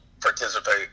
participate